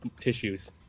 tissues